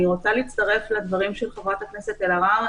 אני רוצה להצטרף לדברים של חברת הכנסת אלהרר.